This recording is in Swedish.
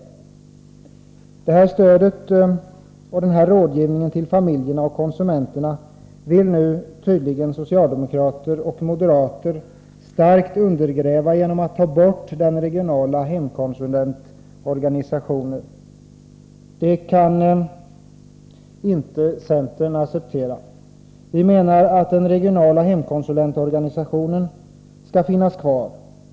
Detta stöd och denna rådgivning till familjerna och konsumenterna vill nu tydligen socialdemokrater och moderater starkt undergräva genom att ta bort den regionala hemkonsulentorganisationen. Det kan inte centern acceptera. Vi menar att den regionala hemkonsulentorganisationen skall finnas kvar — och det av flera skäl.